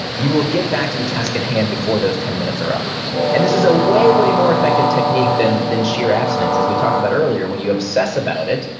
you will get back to the task at hand before those ten minutes are up and this is a way, way more effective technique than than sheer abstinence, as we talked about earlier, when you obsess about it,